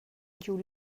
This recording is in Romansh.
giu